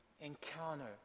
encounter